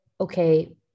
okay